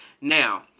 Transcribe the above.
Now